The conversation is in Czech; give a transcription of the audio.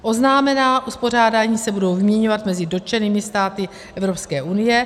Oznámená uspořádání se budou vyměňovat mezi dotčenými státy Evropské unie.